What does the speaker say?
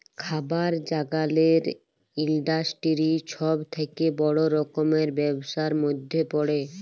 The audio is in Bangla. খাবার জাগালের ইলডাসটিরি ছব থ্যাকে বড় রকমের ব্যবসার ম্যধে পড়ে